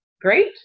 great